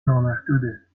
نامحدوده